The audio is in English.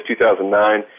2009